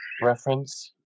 reference